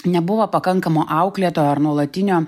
nebuvo pakankamo auklėtojo ar nuolatinio